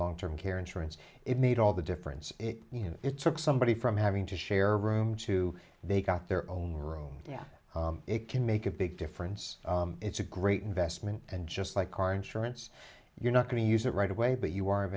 long term care insurance it made all the difference you know it took somebody from having to share a room to they got their own room yeah it can make a big difference it's a great investment and just like car insurance you're not going to use it right away but you are